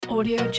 Audio